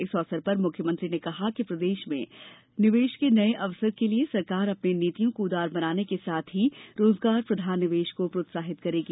इस अवसर पर मुख्यमंत्री ने कहा कि प्रदेश में निवेश के नए अवसर के लिए सरकार अपनी नीतियों को उदार बनाने के साथ ही रोजगार प्रधान निवेश को प्रोत्साहित करेगी